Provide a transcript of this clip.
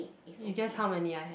you guess how many I have